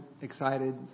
excited